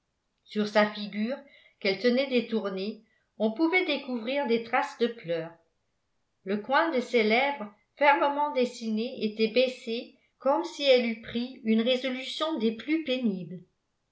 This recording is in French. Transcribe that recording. sur sa figure qu'elle tenait détournée on pouvait découvrir des traces de pleurs le coin de ses lèvres fermement dessinées était baissé comme si elle eût pris une résolution des plus pénibles